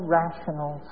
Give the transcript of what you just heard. rational